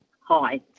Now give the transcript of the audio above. Hi